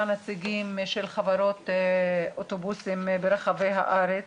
נציגים של חברות אוטובוסים ברחבי הארץ